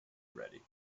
ready